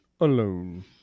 alone